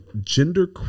Gender